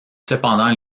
cependant